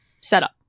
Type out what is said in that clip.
setup